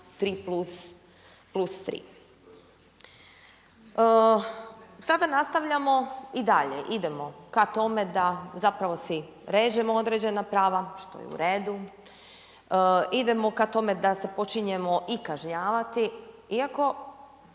3+3. Sada nastavljamo i dalje, idemo ka tome da zapravo si režemo određena prava, što je u redu, idemo ka tome da se počinjemo i kažnjavati. Iako